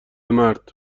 مرد